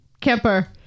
camper